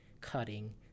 cutting